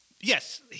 Yes